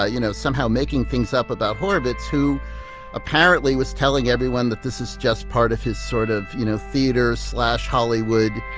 ah you know, somehow making things up about horovitz, who apparently was telling everyone that this is just part of his sort of, you know, theater hollywood,